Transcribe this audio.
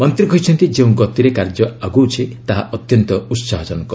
ମନ୍ତ୍ରୀ କହିଛନ୍ତି ଯେଉଁ ଗତିରେ କାର୍ଯ୍ୟ ଆଗଉଛି ତାହା ଅତ୍ୟନ୍ତ ଉତ୍ସାହଜନକ